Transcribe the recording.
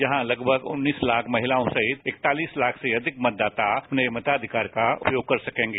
जहां लगभग उन्नीस लाख महिलाओं सहित इकतालीस लाख से अधिक मतदाता अपने मताधिकार का उपयोग कर सकेंगे